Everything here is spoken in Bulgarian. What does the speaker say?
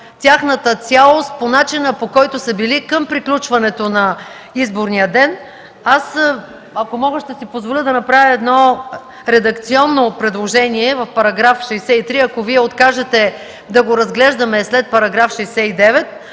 тяхната цялост по начина, по който са били към момента на приключване на изборния ден. Аз, ако мога, ще си позволя да направя едно редакционно предложение – в § 63, ако Вие откажете да го разглеждаме след § 69,